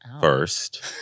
first